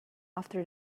after